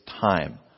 time